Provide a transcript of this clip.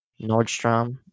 Nordstrom